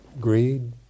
greed